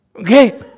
Okay